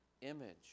image